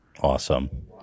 Awesome